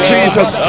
Jesus